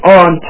on